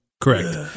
Correct